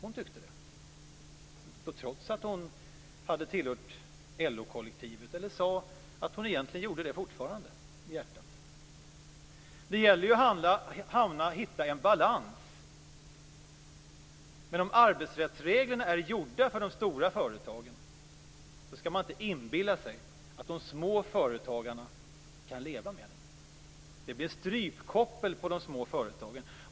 Hon tyckte det trots att hon hade tillhört LO-kollektivet. Hon sade att hon egentligen gjorde det fortfarande i hjärtat. Det gäller ju att hitta en balans. Men om arbetsrättsreglerna är gjorda för de stora företagen skall man inte inbilla sig att de små företagarna kan leva med dem. Det blir ett strypkoppel på de småföretagen.